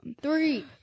three